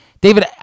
David